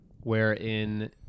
wherein